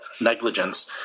negligence